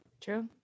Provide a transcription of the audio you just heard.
True